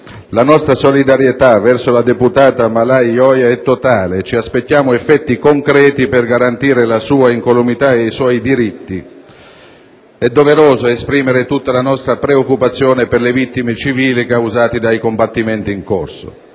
la nostra solidarietà verso la deputata Malalai Joya è totale, e ci aspettiamo effetti concreti per garantire la sua incolumità e i suoi diritti. È poi doveroso esprimere tutta la nostra preoccupazione per le vittime civili causate dai combattimenti in corso.